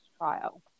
trial